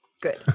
Good